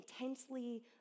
intensely